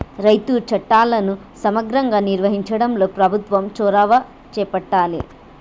రైతు చట్టాలను సమగ్రంగా నిర్వహించడంలో ప్రభుత్వం చొరవ చేపట్టాలె